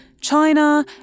China